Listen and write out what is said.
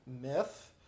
myth